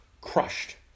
crushed